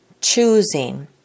choosing